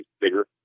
bigger